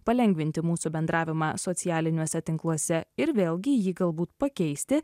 palengvinti mūsų bendravimą socialiniuose tinkluose ir vėlgi jį galbūt pakeisti